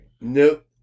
Nope